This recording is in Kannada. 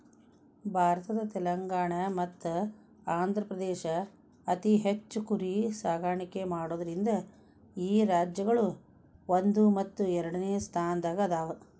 ಭಾರತದ ತೆಲಂಗಾಣ ಮತ್ತ ಆಂಧ್ರಪ್ರದೇಶ ಅತಿ ಹೆಚ್ಚ್ ಕುರಿ ಸಾಕಾಣಿಕೆ ಮಾಡೋದ್ರಿಂದ ಈ ರಾಜ್ಯಗಳು ಒಂದು ಮತ್ತು ಎರಡನೆ ಸ್ಥಾನದಾಗ ಅದಾವ